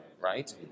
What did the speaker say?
Right